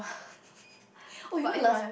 oh you know last